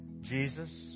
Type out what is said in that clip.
Jesus